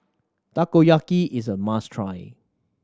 takoyaki is a must try